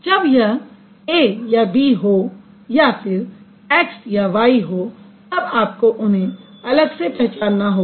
जब यह a या b हो या फिर x या y हो तब आपको उन्हें अलग से पहचानना होगा